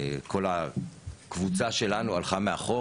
כל הקבוצה שלנו הלכה מאחור,